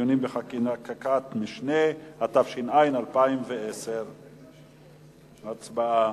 (דיונים בחקיקת משנה), התש"ע 2010. הצבעה.